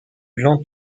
glands